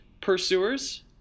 pursuers